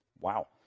wow